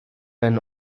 ten